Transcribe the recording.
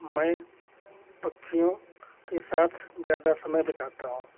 मैं पक्षियों के साथ ज़्यादा समय बिताता हूँ